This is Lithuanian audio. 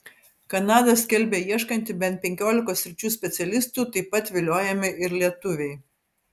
kanada skelbia ieškanti bent penkiolikos sričių specialistų taip pat viliojami ir lietuviai